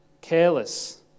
careless